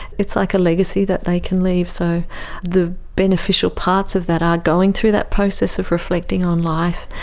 it's like a legacy that they can leave. so the beneficial parts of that are going through that process of reflecting on life,